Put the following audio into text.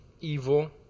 evil